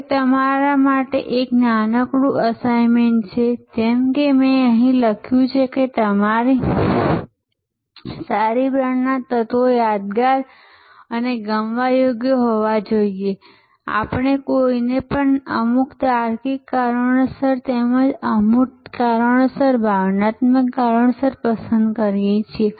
હવે તમારા માટે એક નાનકડું અસાઇનમેન્ટ છે જેમ કે મેં અહીં લખ્યું છે કે સારી બ્રાન્ડના તત્વો યાદગાર અને ગમવા યોગ્ય હોવા જોઈએ જેમ આપણે કોઈને અમુક તાર્કિક કારણોસર તેમજ અમૂર્ત કારણોસર ભાવનાત્મક કારણોસર પસંદ કરીએ છીએ